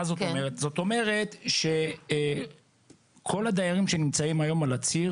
זאת אומרת שכל הדיירים שנמצאים היום על הציר